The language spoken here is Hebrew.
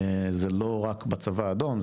זה לא רק בצבא האדום,